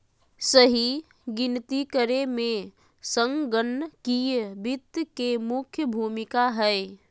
सही गिनती करे मे संगणकीय वित्त के मुख्य भूमिका हय